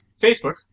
Facebook